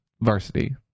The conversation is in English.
varsity